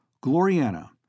Gloriana